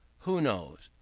who knows?